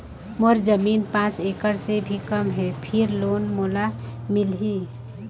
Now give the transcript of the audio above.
मोर जमीन पांच एकड़ से भी कम है फिर लोन मोला मिलही?